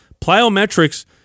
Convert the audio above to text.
Plyometrics